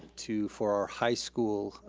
too, for high school